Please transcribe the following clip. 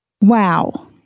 Wow